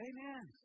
Amen